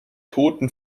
toten